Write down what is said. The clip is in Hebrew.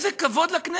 איזה כבוד לכנסת?